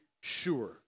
sure